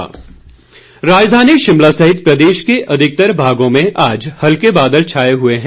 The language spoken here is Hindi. मौसम राजधानी शिमला सहित प्रदेश के अधिकतर भागों में आज हल्के बादल छाए हुए है